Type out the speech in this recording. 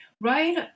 right